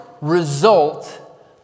result